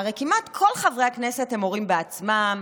הרי כמעט כל חברי הכנסת הם הורים בעצמם,